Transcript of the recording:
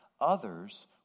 others